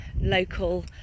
local